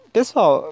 Pessoal